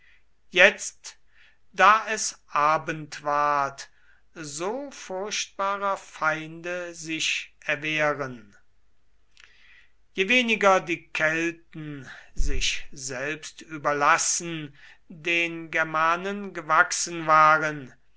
jetzt da es abend ward so furchtbarer feinde sich erwehren je weniger die kelten sich selbst überlassen den germanen gewachsen waren